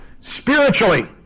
Spiritually